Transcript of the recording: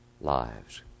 lives